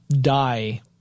die